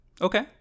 Okay